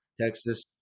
Texas